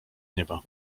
nieba